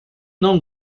não